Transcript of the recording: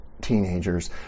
Teenagers